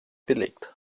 belegt